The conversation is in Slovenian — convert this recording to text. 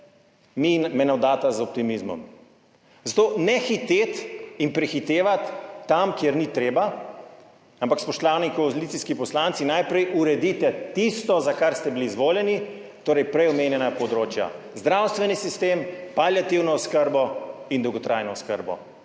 me navdata z optimizmom. Zato ne hiteti in prehitevati tam, kjer ni treba, ampak spoštovani koalicijski poslanci, najprej uredite tisto, za kar ste bili izvoljeni, torej prej omenjena področja – zdravstveni sistem, paliativno oskrbo in dolgotrajno oskrbo.